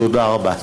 תודה רבה.